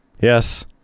Yes